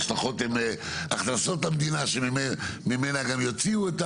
הן מהכנסות המדינה וממנה גם יוציאו.